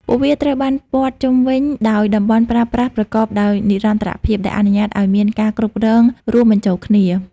ពួកវាត្រូវបានព័ទ្ធជុំវិញដោយតំបន់ប្រើប្រាស់ប្រកបដោយនិរន្តរភាព ដែលអនុញ្ញាតឱ្យមានការគ្រប់គ្រងរួមបញ្ចូលគ្នា។